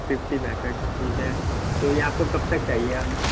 fifty packet ٹھیک ہے تو یہ آپ کو کب تک چاہیے آپ